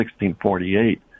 1648